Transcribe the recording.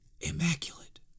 immaculate